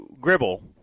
Gribble